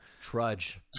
trudge